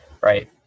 right